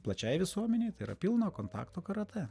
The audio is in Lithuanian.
plačiai visuomenei tai yra pilno kontakto karatė